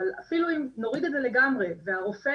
אבל אפילו אם נוריד את זה לגמרי והרופא